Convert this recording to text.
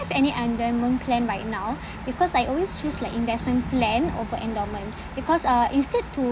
any endowment plan right now because I always choose like investment plan over endowment because uh instead to